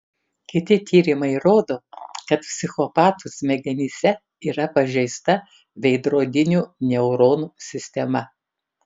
kiti tyrimai rodo kad psichopatų smegenyse yra pažeista veidrodinių neuronų sistema